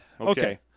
Okay